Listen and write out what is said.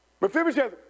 Mephibosheth